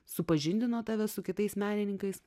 supažindino tave su kitais menininkais